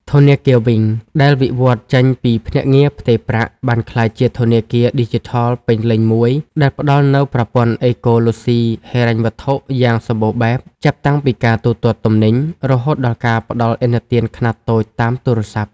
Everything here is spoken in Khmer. ធនាគារ វីង (Wing ) ដែលវិវត្តន៍ចេញពីភ្នាក់ងារផ្ទេរប្រាក់ បានក្លាយជាធនាគារឌីជីថលពេញលេញមួយ ដែលផ្ដល់នូវប្រព័ន្ធអេកូឡូស៊ីហិរញ្ញវត្ថុយ៉ាងសម្បូរបែប ចាប់តាំងពីការទូទាត់ទំនិញ រហូតដល់ការផ្ដល់ឥណទានខ្នាតតូចតាមទូរស័ព្ទ។